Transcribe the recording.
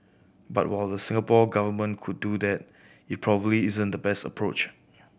but while the Singapore Government could do that it probably isn't the best approach